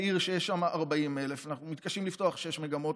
בעיר שיש שם 40,000 אנחנו מתקשים לפתוח שש מגמות,